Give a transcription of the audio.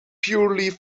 purely